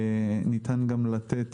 ניתן גם לתת,